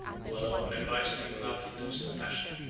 who alone advised me without interest or passion,